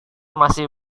masih